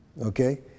Okay